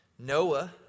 Noah